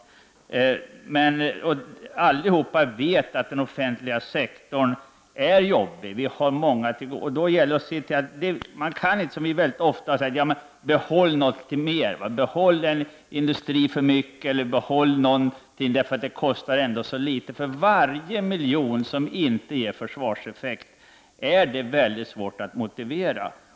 Men alla vet att den offentliga sektorn är jobbig. Man kan då inte, som vi väldigt ofta gör, säga: Behåll litet mer. Behåll en industri extra, eftersom det ändå kostar så litet. Varje miljon som inte ger försvarseffekt är nämligen väldigt svår att motivera.